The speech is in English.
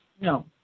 no